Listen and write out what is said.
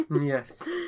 Yes